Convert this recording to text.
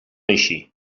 així